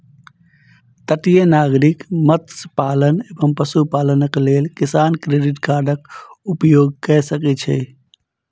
तटीय नागरिक मत्स्य पालन एवं पशुपालनक लेल किसान क्रेडिट कार्डक उपयोग कय सकै छै